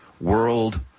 World